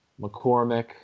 McCormick